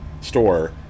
store